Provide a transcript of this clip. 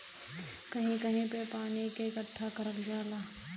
कहीं कहीं पे पानी के इकट्ठा करल जाला